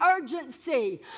urgency